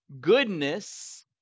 goodness